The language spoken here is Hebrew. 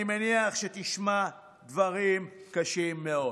אני מניח שתשמע דברים קשים מאוד.